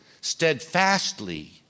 steadfastly